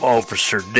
Officer